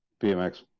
bmx